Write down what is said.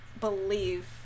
believe